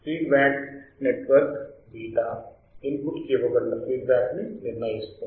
feed back network β input కి ఇవ్వబడిన feedback ని నిర్ణయిస్తుంది